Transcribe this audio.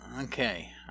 okay